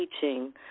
teaching